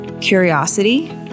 curiosity